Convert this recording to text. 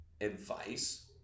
advice